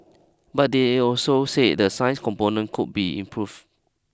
but they also said the science component could be improved